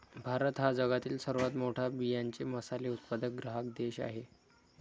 भारत हा जगातील सर्वात मोठा बियांचे मसाले उत्पादक ग्राहक देश आहे